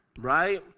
right?